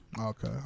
Okay